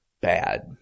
bad